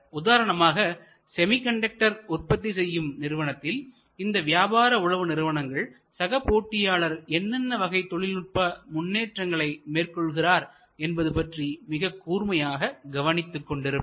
உதாரணமாக செமிகண்டக்டர் உற்பத்தி செய்யும் நிறுவனத்தில் இந்த வியாபார உளவு நிறுவனங்கள் சக போட்டியாளர்கள் என்னென்ன வகை தொழில்நுட்ப முன்னேற்றங்களை மேற்கொள்கிறார்கள் என்பது பற்றி மிக கூர்மையாக கவனித்துக் கொண்டிருப்பார்கள்